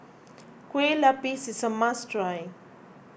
Kueh Lupis is a must try